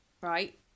right